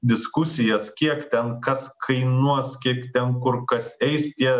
diskusijas kiek ten kas kainuos kiek ten kur kas eis tie